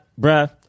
bruh